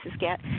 get